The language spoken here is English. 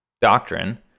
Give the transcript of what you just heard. doctrine